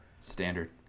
Standard